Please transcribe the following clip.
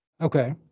okay